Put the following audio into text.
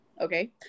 Okay